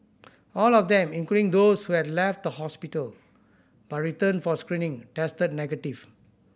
all of them including those who had left the hospital but returned for screening tested negative